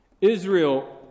Israel